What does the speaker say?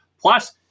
Plus